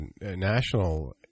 national